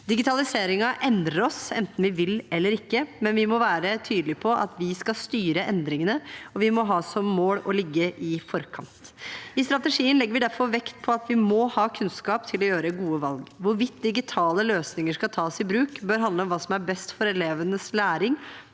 Digitaliseringen endrer oss enten vi vil eller ikke, men vi må være tydelige på at vi skal styre endringene, og vi må ha som mål å ligge i forkant. I strategien legger vi derfor vekt på at vi må ha kunnskap til å gjøre gode valg. Hvorvidt digitale løsninger skal tas i bruk, bør handle om hva som er best for elevenes læring